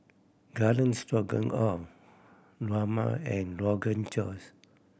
Garden Stroganoff Rajma and Rogan Josh